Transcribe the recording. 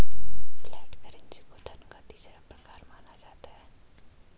flat currency को धन का तीसरा प्रकार माना जाता है